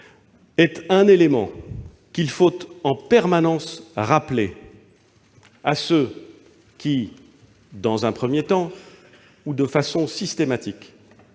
est un élément qu'il faut en permanence rappeler à ceux qui, dans un premier temps ou de façon systématique,